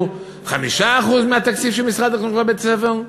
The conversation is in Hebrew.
5% מהתקציב של משרד החינוך לבית-הספר.